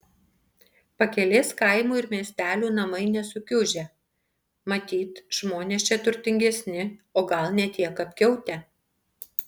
pakelės kaimų ir miestelių namai nesukiužę matyt žmonės čia turtingesni o gal ne tiek apkiautę